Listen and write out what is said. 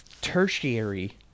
tertiary